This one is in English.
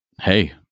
hey